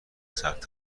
ثبت